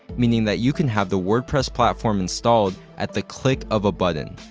meaning that you can have the wordpress platform installed at the click of a button.